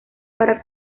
para